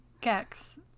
Gex